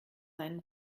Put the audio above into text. seinen